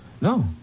No